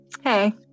Hey